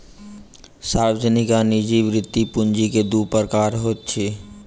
सार्वजनिक आ निजी वृति पूंजी के दू प्रकार होइत अछि